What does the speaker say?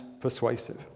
persuasive